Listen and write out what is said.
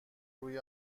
روی